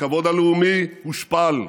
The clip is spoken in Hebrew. הכבוד הלאומי הושפל,